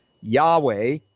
Yahweh